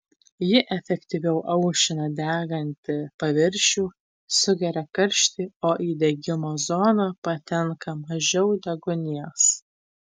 ji efektyviau aušina degantį paviršių sugeria karštį o į degimo zoną patenka mažiau deguonies